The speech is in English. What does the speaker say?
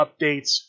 updates